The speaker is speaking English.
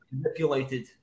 manipulated